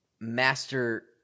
master